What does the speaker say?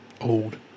old